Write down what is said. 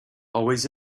always